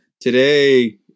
today